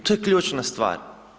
To je ključna stvar.